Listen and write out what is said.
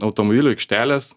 automobilių aikštelės